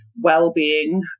well-being